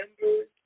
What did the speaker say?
members